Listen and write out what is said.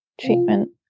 treatment